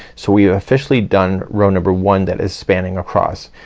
so we officially done row number one that is spanning across.